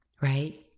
right